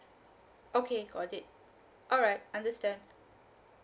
okay got it alright understand